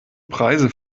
preise